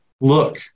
look